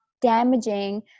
damaging